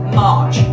march